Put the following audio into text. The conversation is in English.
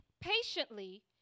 patiently